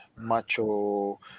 macho